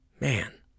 man